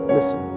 Listen